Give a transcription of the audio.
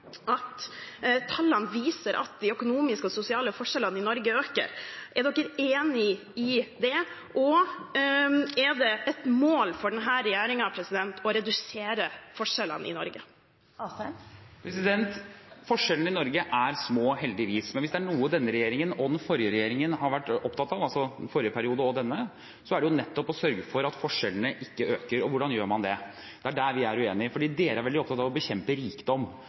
at tallene viser at de økonomiske og sosiale forskjellene i Norge øker. Er dere enige i det, og er det et mål for denne regjeringen å redusere forskjellene i Norge? Forskjellene i Norge er små, heldigvis, men hvis det er noe denne regjeringen og den forrige regjeringen har vært opptatt av – altså i forrige periode og denne – er det nettopp å sørge for at forskjellene ikke øker. Og hvordan gjør man det? Det er der vi er uenige, fordi dere er veldig opptatt av å bekjempe rikdom.